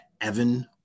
Evan